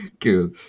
cool